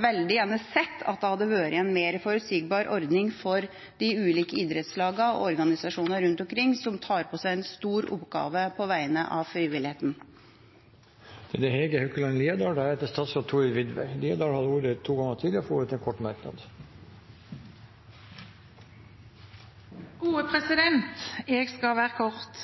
veldig gjerne sett at det hadde vært en mer forutsigbar ordning for de ulike idrettslagene og organisasjonene rundt omkring som tar på seg en stor oppgave på vegne av frivilligheten. Representanten Hege Haukeland Liadal har hatt ordet to ganger tidligere og får ordet til en kort merknad, begrenset til 1 minutt. Jeg skal være kort.